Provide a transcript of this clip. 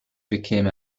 bekäme